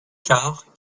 quart